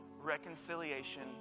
reconciliation